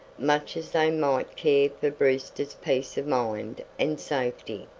much as they might care for brewster's peace of mind and safety.